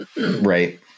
Right